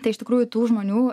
tai iš tikrųjų tų žmonių